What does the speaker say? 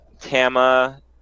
Tama